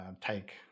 take